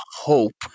hope